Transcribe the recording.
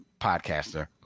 podcaster